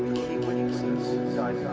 witnesses